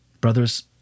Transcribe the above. Brothers